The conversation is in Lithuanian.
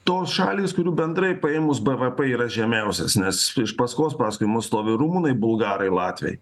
tos šalys kurių bendrai paėmus bvp yra žemiausias nes iš paskos paskui mus stovi rumunai bulgarai latviai